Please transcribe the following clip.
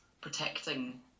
protecting